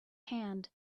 hand